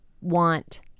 want